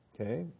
Okay